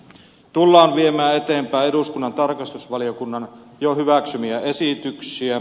tullaan viemään eteenpäin eduskunnan tarkastusvaliokunnan jo hyväksymiä esityksiä